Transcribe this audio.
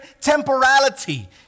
temporality